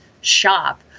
shop